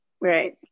Right